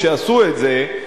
כשעשו את זה,